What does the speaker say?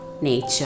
nature